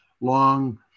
long